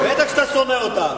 בטח שאתה שונא אותנו.